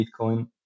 Bitcoin